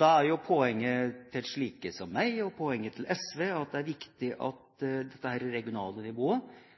Da er poenget til slike som meg, og poenget til SV, at det er viktig at det regionale nivået er direkte folkevalgt styrt. Og når det regionale nivået